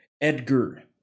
Edgar